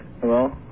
Hello